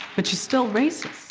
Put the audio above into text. but she's still racist